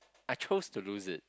I chose to lose it